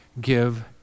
give